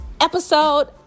episode